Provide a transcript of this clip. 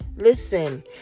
listen